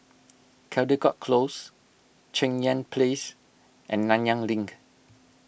Caldecott Close Cheng Yan Place and Nanyang Link